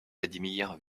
vladimir